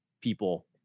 people